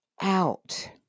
out